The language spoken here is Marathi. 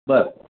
बरं